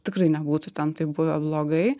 tikrai nebūtų ten taip buvę blogai